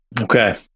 okay